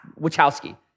Wachowski